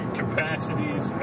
capacities